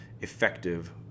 effective